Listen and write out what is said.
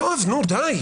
יואב, נו די.